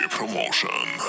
Promotion